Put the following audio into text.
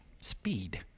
speed